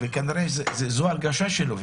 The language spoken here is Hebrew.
כנראה זו ההרגשה שלו,